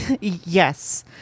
Yes